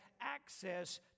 access